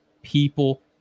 people